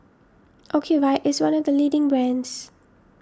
Ocuvite is one of the leading brands